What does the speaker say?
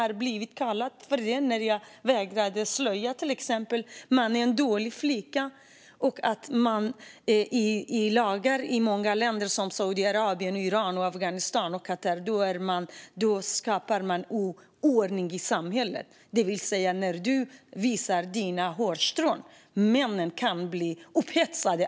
Jag blev kallad för det när jag vägrade slöja, till exempel. Man är en dålig flicka, och enligt lagar i många länder som Saudiarabien, Iran, Afghanistan och Qatar skapar man oordning i samhället om man gör så, för det anses att när flickebarnen visar sina hårstrån kan männen bli upphetsade.